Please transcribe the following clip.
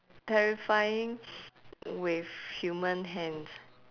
terrifying with human hands